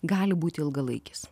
gali būti ilgalaikis